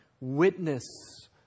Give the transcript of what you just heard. Witness